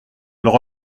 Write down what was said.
leur